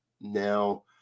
Now